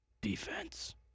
Defense